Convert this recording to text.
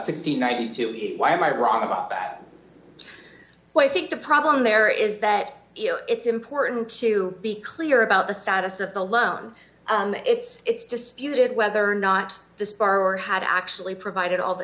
and ninety two why am i wrong about that well i think the problem there is that you know it's important to be clear about the status of the loan and it's disputed whether or not this bar or had actually provided all the